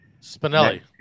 spinelli